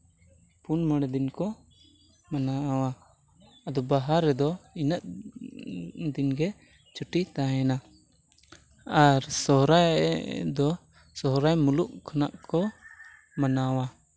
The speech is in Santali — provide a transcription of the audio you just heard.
ᱯᱩᱱ ᱢᱚᱬᱮ ᱫᱤᱱ ᱠᱚ ᱢᱟᱱᱟᱣᱟ ᱟᱫᱚ ᱵᱟᱦᱟ ᱨᱮᱫᱚ ᱤᱱᱟᱹᱜ ᱫᱤᱱ ᱜᱮ ᱪᱷᱩᱴᱤ ᱛᱟᱦᱮᱱᱟ ᱟᱨ ᱥᱚᱦᱚᱨᱟᱭ ᱫᱚ ᱥᱚᱦᱚᱨᱟᱭ ᱢᱩᱞᱩᱜ ᱠᱷᱚᱱᱟᱜ ᱠᱚ ᱢᱟᱱᱟᱣᱟ